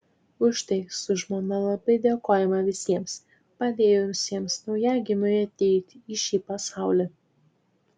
už tai su žmona labai dėkojame visiems padėjusiems naujagimiui ateiti į šį pasaulį